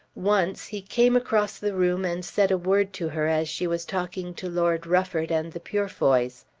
once he came across the room and said a word to her as she was talking to lord rufford and the purefoys.